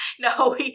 No